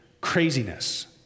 craziness